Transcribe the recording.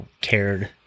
cared